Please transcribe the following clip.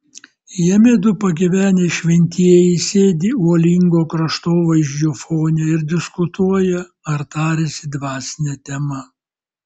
jame du pagyvenę šventieji sėdi uolingo kraštovaizdžio fone ir diskutuoja ar tariasi dvasine tema